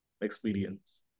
experience